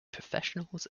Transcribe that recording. professionals